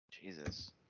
Jesus